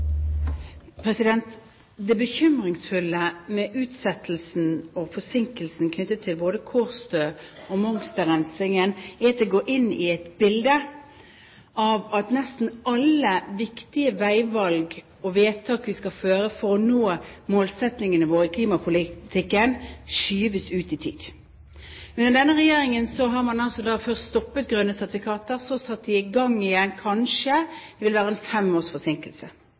Det bekymringsfulle med utsettelsen og forsinkelsen knyttet til både Kårstø- og Mongstad-rensingen er at det går inn i et bilde slik at nesten alle viktige veivalg og vedtak vi skal gjøre for å nå målsettingene våre i klimapolitikken, skyves ut i tid. Under denne regjeringen har man først stoppet grønne sertifikater, så satt de i gang igjen – kanskje vil det være en fem års forsinkelse.